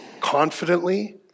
confidently